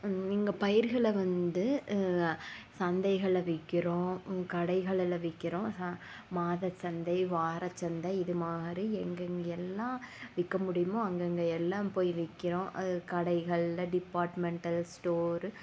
நீங்கள் பயிர்களை வந்து சந்தைகள்ல விற்கிறோம் கடைகள்ல விற்கிறோம் ச மாத சந்தை வாரச்சந்தை இது மாதிரி எங்கெங்க எல்லாம் விற்க முடியுமோ அங்கே அங்கே எல்லாம் போய் விற்கிறோம் அது கடைகள்ல டிபார்ட்மெண்ட்டல் ஸ்டோர்